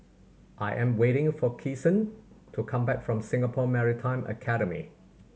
I am waiting for Kyson to come back from Singapore Maritime Academy